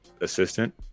assistant